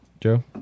Joe